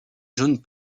jaune